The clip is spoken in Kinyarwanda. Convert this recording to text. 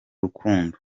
rukundo